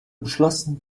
beschlossen